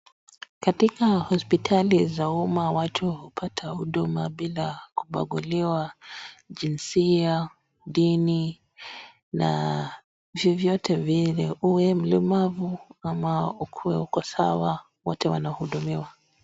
Katika hospitali za umma, watu hupata huduma bila kubaguliwa jinsia, dini na vyovyote vile. Uwe mlemavu ama ukuwe uko sawa wote wanahudumiwa.